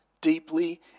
deeply